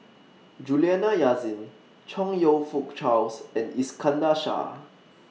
Juliana Yasin Chong YOU Fook Charles and Iskandar Shah